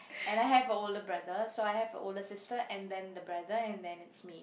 and I have a older brother so I have a older sister and then the brother and then it's me